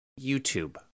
YouTube